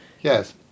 yes